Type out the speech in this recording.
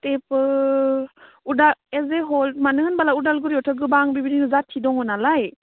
थेवबो एस ए हल मानो होनबोला उदालगुरियावथ' गोबां बिबायदिनो जाथि दङनालाय